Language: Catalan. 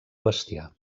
bestiar